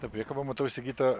ta priekaba matau įsigyta